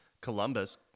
Columbus